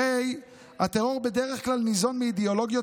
הרי הטרור בדרך כלל ניזון מאידיאולוגיות